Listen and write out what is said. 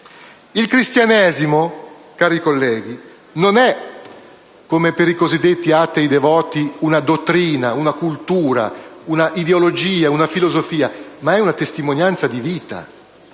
Il cristianesimo, cari colleghi, non è, come per i cosiddetti atei devoti, una dottrina, una cultura, una ideologia, una filosofia, ma è una testimonianza di vita,